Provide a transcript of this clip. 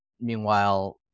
Meanwhile